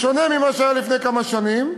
בשונה ממה שהיה לפני כמה שנים,